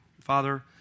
Father